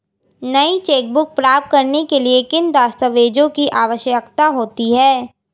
नई चेकबुक प्राप्त करने के लिए किन दस्तावेज़ों की आवश्यकता होती है?